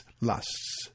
lusts